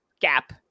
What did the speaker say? gap